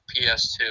PS2